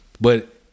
but-